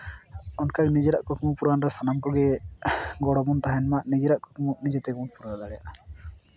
ᱚᱱᱠᱟ ᱜᱮ ᱱᱤᱡᱮᱨᱟᱜ ᱠᱩᱠᱢᱩ ᱯᱩᱨᱟᱹᱱ ᱨᱮ ᱥᱟᱱᱟᱢ ᱠᱚᱜᱮ ᱜᱚᱲᱚ ᱵᱚᱱ ᱛᱟᱦᱮᱱ ᱢᱟ ᱱᱤᱡᱮᱨᱟᱜ ᱠᱩᱠᱢᱩ ᱱᱤᱡᱮ ᱛᱮᱜᱮ ᱵᱚᱱ ᱯᱩᱨᱟᱹᱣ ᱫᱟᱲᱮᱭᱟᱜᱼᱟ